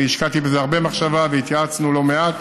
אני השקעתי בזה הרבה מחשבה, והתייעצנו לא מעט,